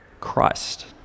Christ